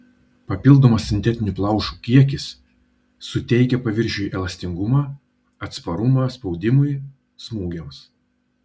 papildomas sintetinių plaušų kiekis suteikia paviršiui elastingumą atsparumą spaudimui smūgiams